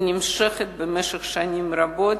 אלא היא נמשכת שנים רבות,